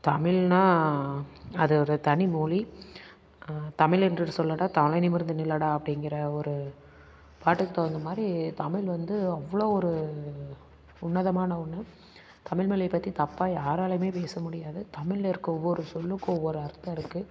தமிழ்னால் அது ஒரு தனி மொழி தமிழ் என்று சொல்லடா தலை நிமிர்ந்து நில்லடா அப்படிங்குற ஒரு பாட்டுக்கு தகுந்தமாதிரி தமிழ் வந்து அவ்வளோ ஒரு உன்னதமான ஒன்று தமிழ்மொழி பற்றி தப்பாக யாராலையுமே பேச முடியாது தமிழ்ல இருக்க ஒவ்வொரு சொல்லுக்கும் ஒவ்வொரு அர்த்தம் இருக்குது